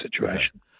situation